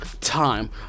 time